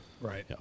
Right